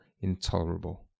intolerable